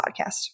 podcast